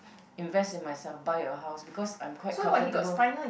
invest in myself buy a house because I'm quite comfortable